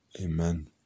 Amen